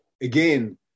again